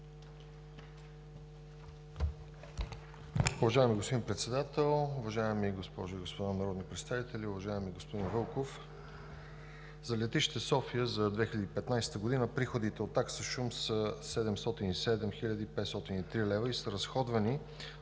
Уважаеми господин Председател, уважаеми госпожи и господа народни представители! Уважаеми господин Вълков, за летище София за 2015 г. приходите от такса шум са 707 хил. 503 лв. и са разходвани